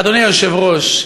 אדוני היושב-ראש,